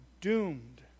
doomed